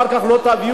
אחר כך לא תביאו,